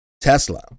Tesla